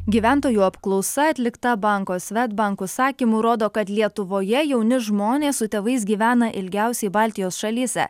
gyventojų apklausa atlikta banko svedbank užsakymu rodo kad lietuvoje jauni žmonės su tėvais gyvena ilgiausiai baltijos šalyse